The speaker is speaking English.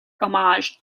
homage